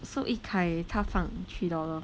so yikai 他放 three dollars